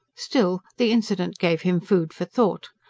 still, the incident gave him food for thought,